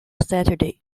saturday